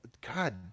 god